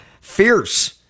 Fierce